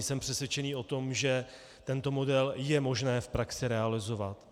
Jsem přesvědčen o tom, že tento model je možné v praxi realizovat.